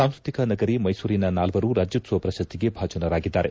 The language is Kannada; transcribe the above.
ಸಾಂಸ್ಟೃತಿಕ ನಗರಿ ಮೈಸೂರಿನ ನಾಲ್ವರು ರಾಜ್ಯೋತ್ಸವ ಪ್ರಶಸ್ತಿಗೆ ಭಾಜನರಾಗಿದ್ದಾರೆ